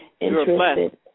interested